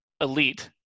elite